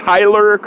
Tyler